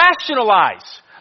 rationalize